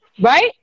right